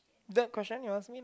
that question you ask me